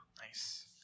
Nice